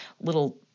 little –